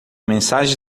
mensagens